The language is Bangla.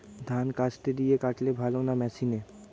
ধান কাস্তে দিয়ে কাটলে ভালো না মেশিনে?